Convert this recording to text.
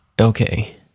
Okay